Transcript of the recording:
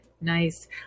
nice